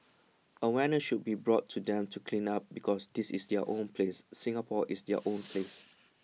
awareness should be brought to them to clean up because this is their own place Singapore is their own place